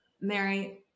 Mary